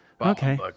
Okay